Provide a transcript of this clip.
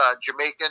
Jamaican